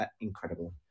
Incredible